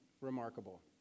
remarkable